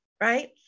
right